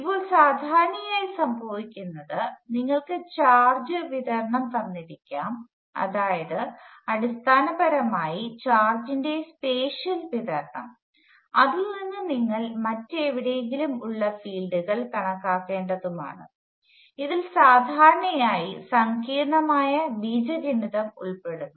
ഇപ്പോൾ സാധാരണയായി സംഭവിക്കുന്നത് നിങ്ങൾക്ക് ചാർജ് വിതരണം തന്നിരിക്കാം അതായത് അടിസ്ഥാനപരമായി ചാർജിന്റെ സ്പേഷ്യൽ വിതരണം അതിൽ നിന്ന് നിങ്ങൾ മറ്റെവിടെയെങ്കിലും ഉള്ള ഫീൽഡുകൾ കണക്കാക്കേണ്ടതുമാണ് ഇതിൽ സാധാരണയായി സങ്കീർണ്ണമായ ബീജഗണിതം ഉൾപ്പെടുന്നു